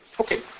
Okay